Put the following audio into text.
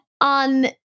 on